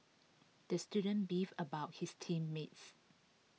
the student beefed about his team mates